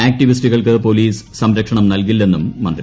ആക്ടിവിസ്റ്റുകൾക്ക് police സംരക്ഷണം നൽകില്ലെന്നും മന്ത്രി